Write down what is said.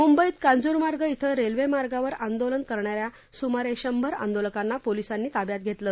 मुंबईत कांजूरमार्ग इथं रेल्वेमार्गावर आंदोलन करणाऱ्या सुमारे शंभर आंदोलकांना पोलिसांनी ताब्यात घेतलं